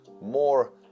more